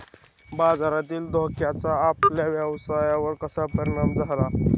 बाजारातील धोक्याचा आपल्या व्यवसायावर कसा परिणाम झाला?